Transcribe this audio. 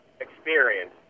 experience